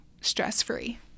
stress-free